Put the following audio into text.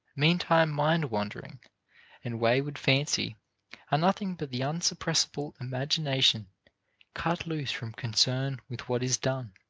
meantime mind-wandering and wayward fancy are nothing but the unsuppressible imagination cut loose from concern with what is done.